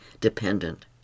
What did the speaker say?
dependent